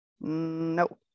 nope